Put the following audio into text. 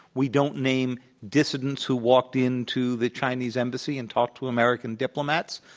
we don't name dissidents who walked into the chinese embassy and talked to american diplomats.